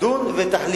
היא תדון ותחליט.